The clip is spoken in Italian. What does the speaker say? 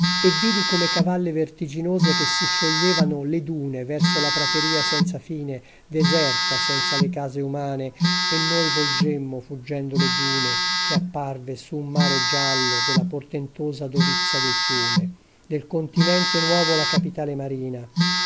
e vidi come cavalle vertiginose che si scioglievano le dune verso la prateria senza fine deserta senza le case umane e noi volgemmo fuggendo le dune che apparve su un mare giallo della portentosa dovizia del fiume del continente nuovo la capitale marina